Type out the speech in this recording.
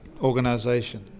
organization